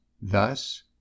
Thus